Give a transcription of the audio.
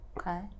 okay